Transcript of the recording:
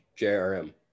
JRM